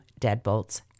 deadbolts